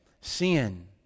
Sin